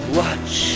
watch